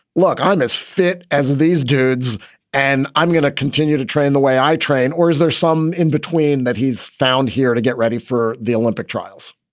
look, i'm as fit as these dudes and i'm going to continue to train the way i train. or is there some in between that he's found here to get ready for the olympic trials?